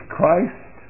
Christ